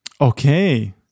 Okay